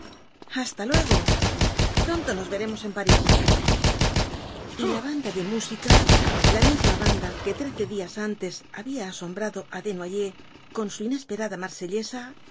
hasta luego pronto nos veremos en parís y la banda de música la misma banda que trece días antes había asombrado á desnoyers con su inesperada